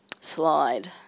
slide